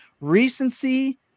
recency